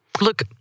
look